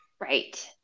Right